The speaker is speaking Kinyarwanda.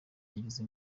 yagize